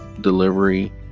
delivery